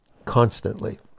constantly